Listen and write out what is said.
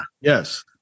yes